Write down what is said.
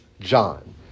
John